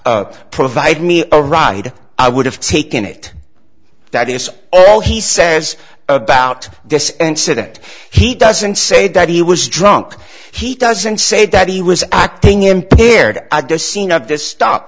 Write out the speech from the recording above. me provide me a ride i would have taken it that is all he says about this and said that he doesn't say that he was drunk he doesn't say that he was acting impaired at the scene at this stop